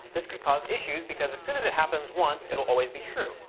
this could cause issues because as soon as it happens once it'll always be true.